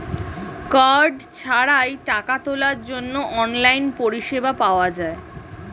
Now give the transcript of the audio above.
card ছাড়াই টাকা তোলার জন্য অনলাইন পরিষেবা পাওয়া যায়